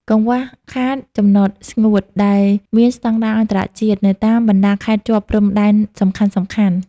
កង្វះខាត "ចំណតស្ងួត" ដែលមានស្ដង់ដារអន្តរជាតិ នៅតាមបណ្ដាខេត្តជាប់ព្រំដែនសំខាន់ៗ។